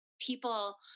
people